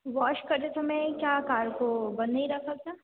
wash करते समय क्या कार को बंद नहीं रखा था